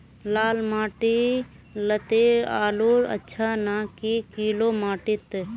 लाल माटी लात्तिर आलूर अच्छा ना की निकलो माटी त?